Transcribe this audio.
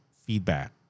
feedback